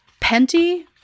Penty